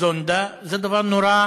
זונדה זה דבר נורא